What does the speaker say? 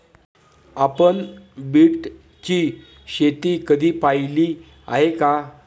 आपण बीटची शेती कधी पाहिली आहे का?